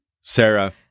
Sarah